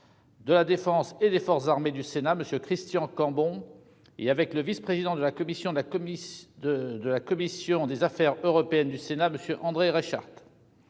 de la défense et des forces armées du Sénat, M. Christian Cambon, et avec le vice-président de la commission des affaires européennes du Sénat, M. André Reichardt.